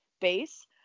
base